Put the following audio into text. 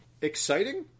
Exciting